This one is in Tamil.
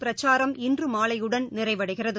பிரக்சாரம் இன்றுமாலையுடன் நிறைவடைகிறது